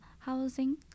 housing